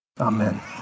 Amen